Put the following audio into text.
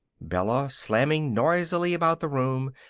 bella, slamming noisily about the room,